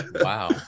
Wow